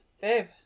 babe